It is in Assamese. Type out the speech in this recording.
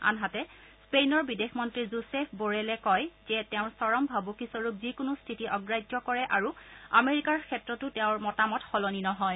আনহাতে স্পেইনৰ বিদেশ মন্ত্ৰী জোচেফ বোৰেলে কয় যে তেওঁ চৰম ভাবুকিস্বৰূপ যিকোনো স্থিতি অগ্ৰাহ্য কৰে আৰু আমেৰিকাৰ ক্ষেত্ৰতো তেওঁৰ মতামত সলনি নহয়